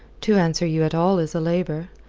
to answer you at all is a labour.